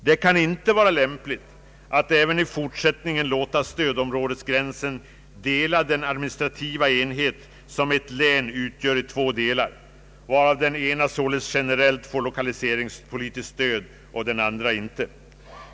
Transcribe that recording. Det kan inte vara lämpligt att även i Statsverkspropositionen m.m. fortsättningen låta stödområdesgränsen dela den administrativa enhet, som ett län utgör, i två delar, varvid den ena således får lokaliseringspolitiskt stöd och den andra inte.